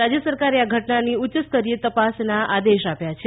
રાજ્ય સરકારે આ ઘટનાની ઉચ્ય સ્તરીય તપાસના આદેશ આપ્યા છે